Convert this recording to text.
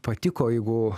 patiko jeigu